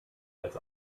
als